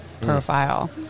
profile